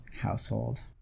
household